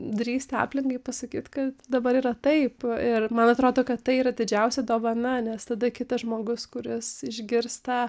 drįsti aplinkai pasakyt kad dabar yra taip ir man atrodo kad tai yra didžiausia dovana nes tada kitas žmogus kuris išgirsta